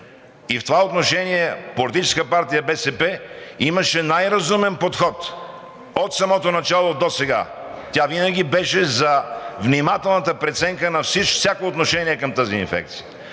В това отношение Политическа партия БСП имаше най разумен подход от самото начало досега и тя винаги беше за внимателната преценка във всяко отношение към тази инфекция.